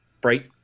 bright